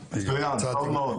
מצוין, טוב מאוד.